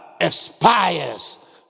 expires